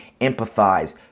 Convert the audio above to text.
empathize